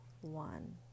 one